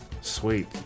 Sweet